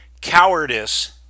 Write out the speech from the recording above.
cowardice